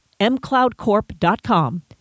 mcloudcorp.com